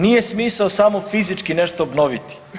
Nije smisao samo fizički nešto obnoviti.